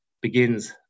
begins